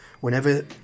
whenever